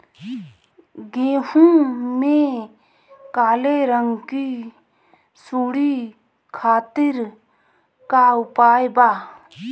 गेहूँ में काले रंग की सूड़ी खातिर का उपाय बा?